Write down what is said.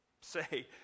say